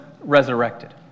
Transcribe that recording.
resurrected